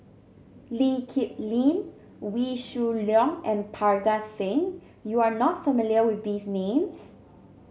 Lee Kip Lin Wee Shoo Leong and Parga Singh you are not familiar with these names